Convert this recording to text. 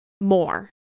more